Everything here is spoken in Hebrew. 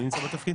אני נמצא בתפקיד,